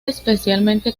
especialmente